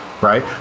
right